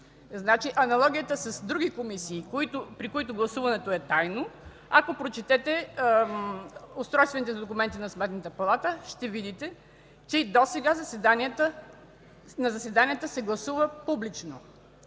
Аналогията с други комисии, при които гласуването е тайно – ако прочетете устройствените документи на Сметната палата, ще видите, че и досега на заседанията се гласува публично,